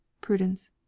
Prudence